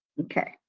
Okay